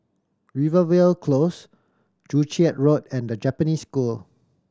Rivervale Close Joo Chiat Road and The Japanese School